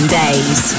days